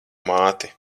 māti